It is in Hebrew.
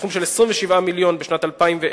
בסכום של 27 מיליון שקלים בשנת 2010,